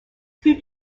plus